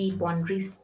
boundaries